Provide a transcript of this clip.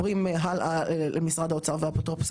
אבל גם אם מעסיק לא הפקיד חמישה חודשים,